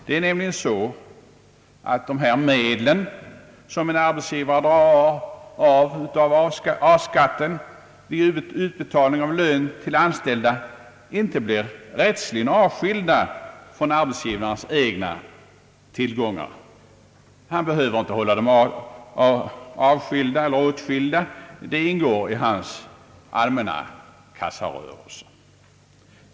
De medel som en arbetsgivare drar av från A-skatten vid utbetalning av lön till anställda blir nämligen inte rättsligen avskilda från arbetsgivarens egna tillgångar; han behöver inte hålla dessa medel avskilda utan de ingår i hans allmänna kassarörelse.